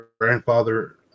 grandfather